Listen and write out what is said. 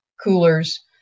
coolers